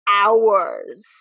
hours